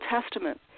Testament